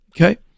okay